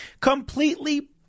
Completely